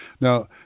Now